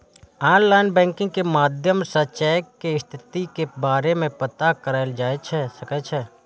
online banking के माध्यम सं चेक के स्थिति के बारे मे पता कैल जा सकै छै